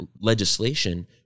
legislation